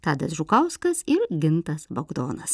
tadas žukauskas ir gintas bagdonas